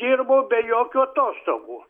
dirbau be jokių atostogų